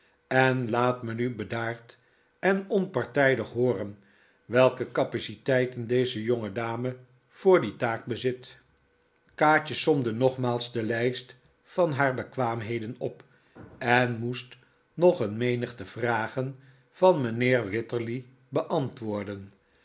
en laat me nu bedaard en onpartijdig hooren welke capaciteiten deze jongedame voor die taak bezit kaatje somde nogmaals de lijst van haar bekwaamheden op en moest nog een menigte vragen van mijnheer wititterly beantwoorden